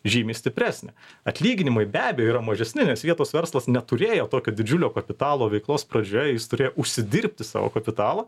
žymiai stipresnė atlyginimai be abejo yra mažesni nes vietos verslas neturėjo tokio didžiulio kapitalo veiklos pradžioje jis turėjo užsidirbti savo kapitalo